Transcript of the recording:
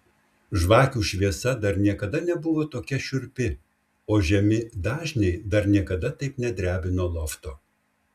žvakių šviesa dar niekada nebuvo tokia šiurpi o žemi dažniai dar niekada taip nedrebino lofto